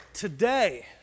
Today